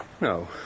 No